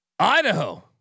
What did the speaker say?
Idaho